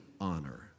honor